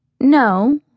No